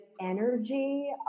energy